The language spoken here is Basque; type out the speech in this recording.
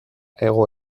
hego